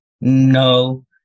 no